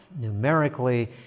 numerically